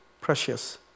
precious